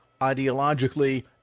ideologically